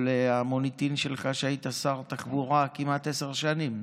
אבל המוניטין שלך הוא שהיית שר תחבורה כמעט עשר שנים,